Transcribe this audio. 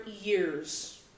years